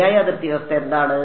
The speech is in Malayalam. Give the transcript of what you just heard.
ശരിയായ അതിർത്തി വ്യവസ്ഥ എന്താണ്